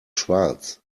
schwarz